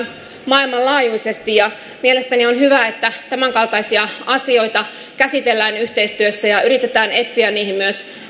maailmanlaajuisesti mielestäni on hyvä että tämänkaltaisia asioita käsitellään yhteistyössä ja yritetään etsiä niihin myös